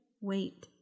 wait